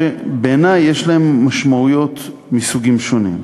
שבעיני יש להם משמעויות מסוגים שונים.